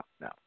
no